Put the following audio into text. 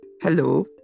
Hello